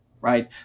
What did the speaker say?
right